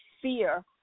fear